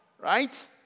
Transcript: right